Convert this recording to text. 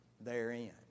therein